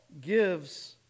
gives